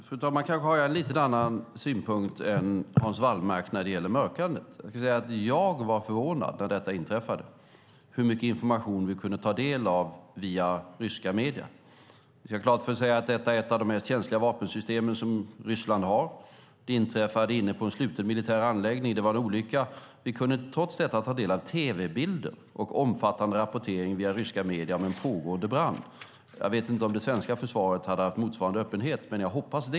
Fru talman! Kanske har jag en lite annan synpunkt än Hans Wallmark när det gäller mörkandet. Jag var när detta inträffade förvånad över hur mycket information vi kunde ta del av via ryska medier. Vi ska ha klart för oss att detta är ett av de mest känsliga vapensystem som Ryssland har. Det var en olycka. Den inträffade inne på en sluten militär anläggning. Vi kunde trots detta ta del av tv-bilder och omfattande rapportering via ryska medier om en pågående brand. Jag vet inte om det svenska försvaret hade haft motsvarande öppenhet, men jag hoppas det.